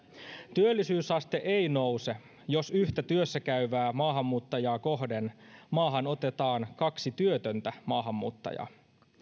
työllisyysaste ei nouse jos yhtä työssä käyvää maahanmuuttajaa kohden maahan otetaan kaksi työtöntä maahanmuuttajaa